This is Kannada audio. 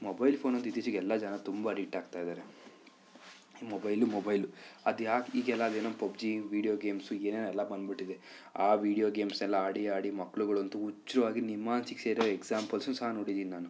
ಮೊಬೈಲ್ ಫೋನ್ ಅಂತೂ ಇತ್ತೀಚೆಗೆ ಎಲ್ಲ ಜನ ತುಂಬ ಅಡಿಕ್ಟ್ ಆಗ್ತಾ ಇದ್ದಾರೆ ಈ ಮೊಬೈಲು ಮೊಬೈಲು ಅದು ಯಾಕೆ ಈಗೆಲ್ಲ ಅದೇನೋ ಪಬ್ ಜಿ ವೀಡಿಯೋ ಗೇಮ್ಸು ಏನೆನೋ ಎಲ್ಲ ಬಂದುಬಿಟ್ಟಿದೆ ಆ ವೀಡಿಯೋ ಗೇಮ್ಸ್ನೆಲ್ಲ ಆಡಿ ಆಡಿ ಮಕ್ಳುಗಳಂತು ಹುಚ್ರು ಆಗಿ ನಿಮ್ಮಾನ್ಸಿಗೆ ಸೇರಿರೋ ಎಕ್ಸಾಂಪಲ್ಸು ಸಹ ನೋಡಿದ್ದೀನಿ ನಾನು